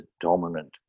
dominant